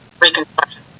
reconstruction